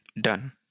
done